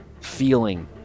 feeling